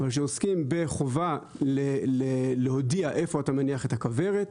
אבל שעוסקים בחובה להודיע איפה אתה מניח את הכוורת.